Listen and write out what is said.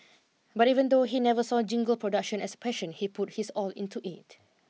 but even though he never saw jingle production as passion he put his all into it